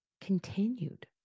continued